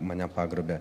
mane pagrobė